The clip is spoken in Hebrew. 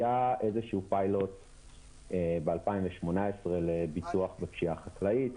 היה איזשהו פיילוט ב-2018 לביטוח בפשיעה חקלאית.